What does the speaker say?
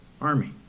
army